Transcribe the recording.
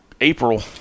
April